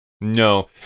No